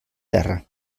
terra